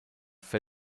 vor